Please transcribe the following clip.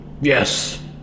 yes